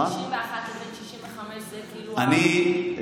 61 מול 65, זה המאזן?